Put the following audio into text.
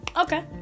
Okay